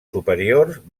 superiors